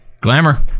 Glamour